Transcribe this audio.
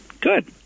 Good